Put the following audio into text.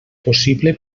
possible